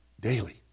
daily